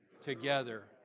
together